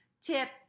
Tip